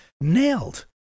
nailed